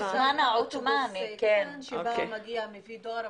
בזמן העות'מאנים היה אוטובוס קטן שהיה מגיע ומביא דואר,